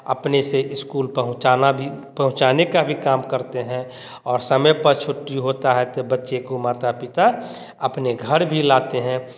अपने से स्कूल पहुँचाना भी पहुँचाने का काम भी करते हैं और समय पर छुट्टी होता है तो बच्चे को माता पिता अपने घर भी लाते हैं